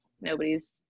nobody's